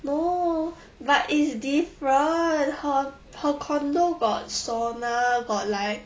no but it's different her her condo got sauna got like